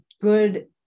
good